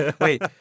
Wait